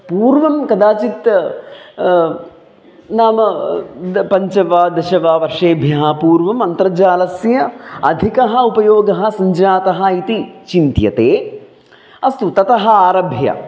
पूर्वं कदाचित् नाम द पञ्च वा दश वा वर्षेभ्यः पूर्वम् अन्तर्जालस्य अधिकः उपयोगः सञ्जातः इति चिन्त्यते अस्तु ततः आरभ्य